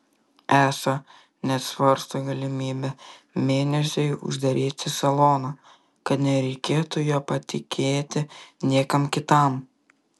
esą net svarsto galimybę mėnesiui uždaryti saloną kad nereikėtų jo patikėti niekam kitam